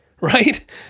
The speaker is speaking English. right